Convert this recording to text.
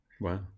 Wow